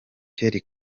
pierre